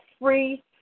free